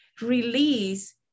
release